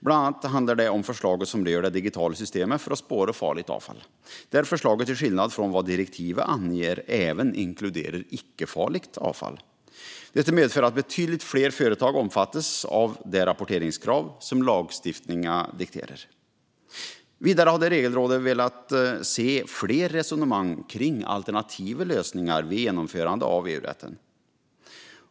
Bland annat handlar det om förslaget som rör det digitala systemet för att spåra farligt avfall, där förslaget till skillnad från vad direktivet anger även inkluderar icke-farligt avfall. Detta medför att betydligt fler företag omfattas av det rapporteringskrav som lagstiftningen dikterar. Vidare hade Regelrådet velat se fler resonemang kring alternativa lösningar vid genomförande av EU-rätten.